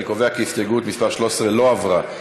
אני קובע כי הסתייגות מס' 13 לא התקבלה.